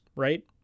right